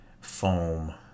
foam